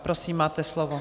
Prosím, máte slovo.